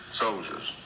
soldiers